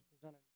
presented